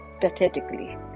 pathetically